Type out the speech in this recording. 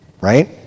right